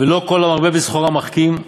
ולא כל המרבה בסחורה מחכים,